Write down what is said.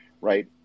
right